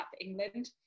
England